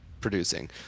producing